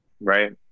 Right